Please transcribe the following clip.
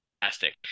fantastic